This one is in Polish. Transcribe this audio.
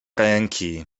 ręki